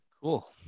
Cool